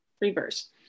reverse